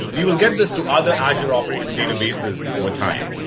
we will get this to other azure operational databases over time.